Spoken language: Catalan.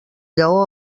lleó